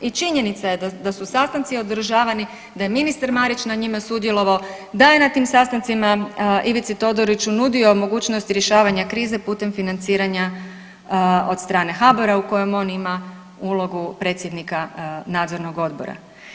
I činjenica je da su sastanci održavani da je ministar Marić na njima sudjelovao, da je na tim sastancima Ivici Todoriću nudio mogućnost rješavanja krize putem financiranja od strane HABOR-a u kojem on ima ulogu predsjednika nadzornog odbora.